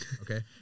Okay